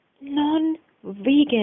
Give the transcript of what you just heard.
non-vegan